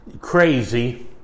crazy